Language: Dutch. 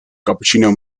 cappuccino